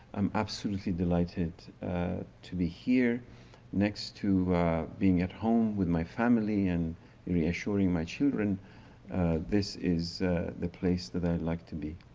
i'm absolutely delighted to be here next to being at home with my family and reassuring my children this is the place that i like to be,